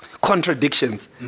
contradictions